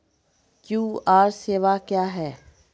QR सेवा क्या हैं?